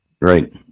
Right